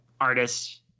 artist